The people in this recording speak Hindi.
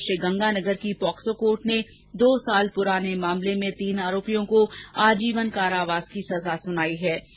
उधर श्रीगंगानगर की पॉक्सो कोर्ट ने दो साल पुराने मामले में तीन आरोपियों को आजीवन कारावास की सजा सुनायी है